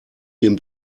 dem